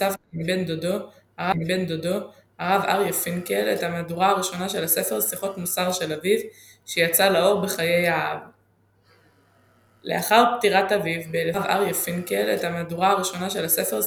שנדפס לראשונה בשנת ה'תשמ"ו בכרך י"ח,